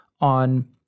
on